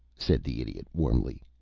said the idiot, warmly.